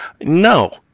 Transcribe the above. No